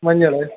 മഞ്ഞൾ